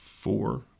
Four